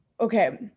okay